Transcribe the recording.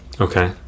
Okay